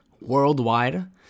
worldwide